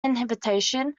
inhibition